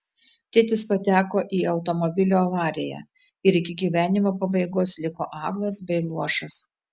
tėtis pateko į automobilio avariją ir iki gyvenimo pabaigos liko aklas bei luošas